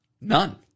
None